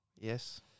Yes